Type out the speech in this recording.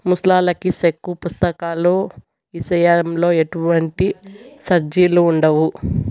ముసలాల్లకి సెక్కు పుస్తకాల ఇసయంలో ఎటువంటి సార్జిలుండవు